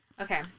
Okay